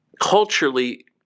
culturally